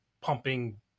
pumping